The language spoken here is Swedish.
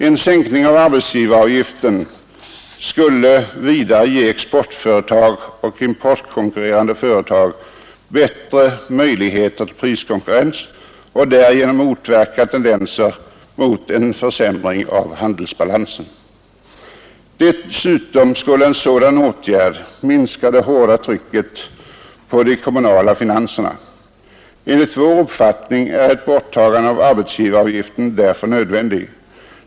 En sänkning av arbetsgivaravgiften skulle vidare ge exportföretag och importkonkurrerande företag bättre möjligheter till priskonkurrens och därigenom motverka tendenser mot en försämring av handelsbalansen. Dessutom skulle en sådan åtgärd minska det hårda trycket på de kommunala finanserna. Enligt vår uppfattning är ett borttagande av arbetsgivaravgiften därför nödvändig.